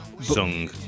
song